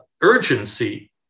urgency